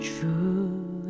True